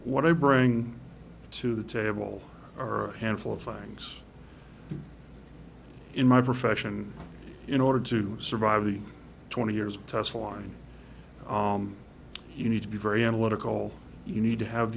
what i bring to the table or a handful of things in my profession in order to survive the twenty years test line you need to be very analytical you need to have